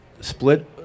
split